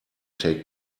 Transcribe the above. take